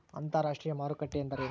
ಅಂತರಾಷ್ಟ್ರೇಯ ಮಾರುಕಟ್ಟೆ ಎಂದರೇನು?